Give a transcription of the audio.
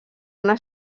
una